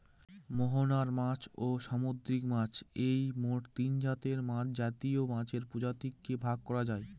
মোহনার মাছ, ও সামুদ্রিক মাছ এই মোট তিনজাতের মাছে ভারতীয় মাছের প্রজাতিকে ভাগ করা যায়